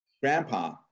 Grandpa